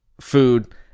food